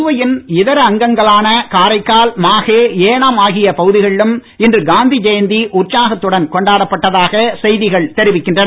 புதுவையின் இதர அங்கங்களான காரைக்கால் மாஹே ஏனாம் ஆகிய பகுதிகளிலும் இன்று காந்தி ஜெயந்தி உற்சாகத்துடன் கொண்டாடப்பட்டதாக செய்திகள் தெரிவிக்கின்றன